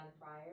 prior